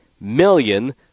million